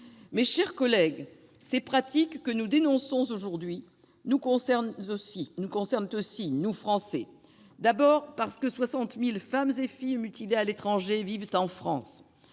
Mes chers collègues, ces pratiques que nous dénonçons aujourd'hui nous concernent aussi, nous Français. D'abord parce que 60 000 femmes et filles mutilées à l'étranger vivent en France.